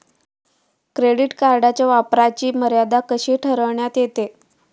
Credit कार्डच्या वापराची मर्यादा कशी ठरविण्यात येते?